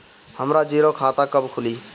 हमरा जीरो खाता कब खुली?